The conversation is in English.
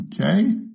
Okay